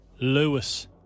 Lewis